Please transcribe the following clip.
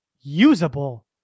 usable